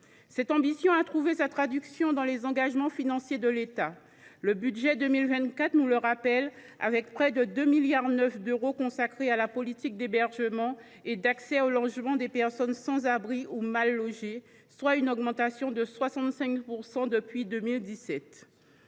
Cette ambition a trouvé sa traduction dans les engagements financiers de l’État, le budget 2024 nous le rappelle, puisque près de 2,9 milliards d’euros y sont consacrés à la politique d’hébergement et d’accès au logement des personnes sans abri ou mal logées, soit une augmentation de 65 % depuis 2017.